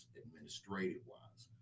administrative-wise